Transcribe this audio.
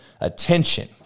attention